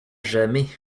jamais